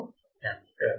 25 మిల్లి ampere